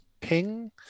Ping